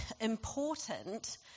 important